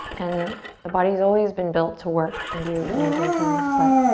and the body has always been built to work and do amazing things but